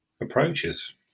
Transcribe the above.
approaches